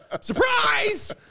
Surprise